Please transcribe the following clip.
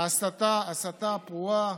ההסתה הפרועה,